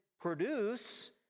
produce